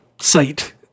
site